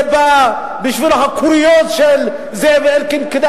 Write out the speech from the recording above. זה חוק שבא בשביל הקוריוז של זאב אלקין כדי